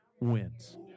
wins